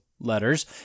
Letters